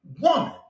woman